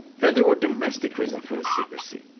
then there were domestic reasons for this secrecy.